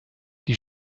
die